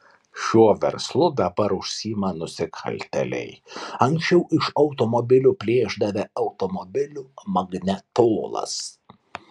šiuo verslu dabar užsiima nusikaltėliai anksčiau iš automobilių plėšdavę automobilių magnetolas